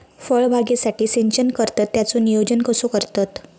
फळबागेसाठी सिंचन करतत त्याचो नियोजन कसो करतत?